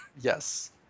Yes